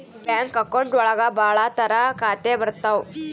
bank account ಒಳಗ ಭಾಳ ತರ ಖಾತೆ ಬರ್ತಾವ್